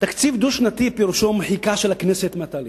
תקציב דו-שנתי פירושו מחיקה של הכנסת מהתהליך.